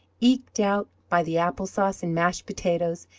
eked out by the apple-sauce and mashed potatoes,